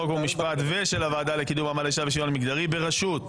חוק ומשפט ושל הוועדה לקידום מעמד האישה ושוויון מגדרי בראשות